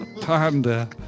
Panda